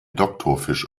doktorfisch